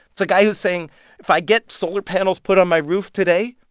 it's a guy who's saying if i get solar panels put on my roof today,